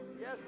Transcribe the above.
Yes